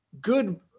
good